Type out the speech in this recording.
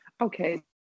okay